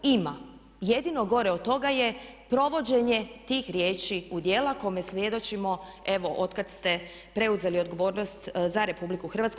Ima, jedino gore od toga je provođenje tih riječi u djela kome svjedočimo evo od kad ste preuzeli odgovornost za RH.